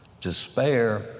despair